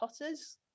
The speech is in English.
Potters